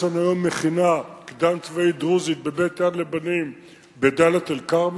יש לנו היום מכינה קדם-צבאית דרוזית בבית "יד לבנים" בדאלית-אל-כרמל,